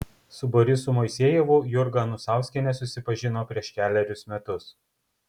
su borisu moisejevu jurga anusauskienė susipažino prieš kelerius metus